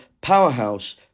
powerhouse